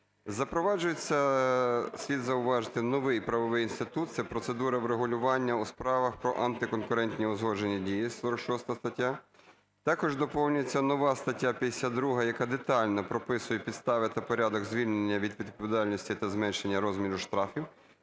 зауважити, новий правовий інститут – це процедура врегулювання у справах про антиконкурентні узгоджені дії (46 стаття). Також доповнюється нова стаття 52, яка детально прописує підстави та порядок звільнення від відповідальності та зменшення розміру штрафів